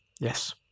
Yes